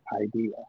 Idea